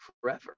forever